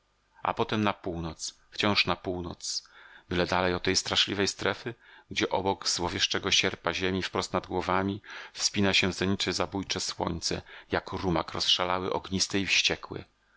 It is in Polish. a potem na północ wciąż na północ byle dalej od tej straszliwej strefy gdzie obok złowieszczego sierpa ziemi wprost nad głowami wspina się w zenicie zabójcze słońce jak rumak rozszalały ognisty i wściekły